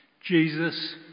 Jesus